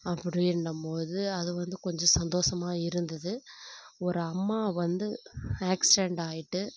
அப்படீன்னும் போது அது வந்து கொஞ்சம் சந்தோஷமா இருந்தது ஒரு அம்மா வந்து ஆக்சிடென்ட் ஆகிட்டு